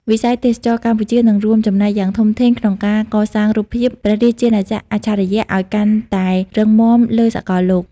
វិស័យទេសចរណ៍កម្ពុជានឹងរួមចំណែកយ៉ាងធំធេងក្នុងការកសាងរូបភាព "ព្រះរាជាណាចក្រអច្ឆរិយ" ឱ្យកាន់តែរឹងមាំលើសកលលោក។